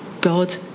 god